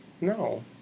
No